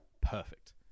perfect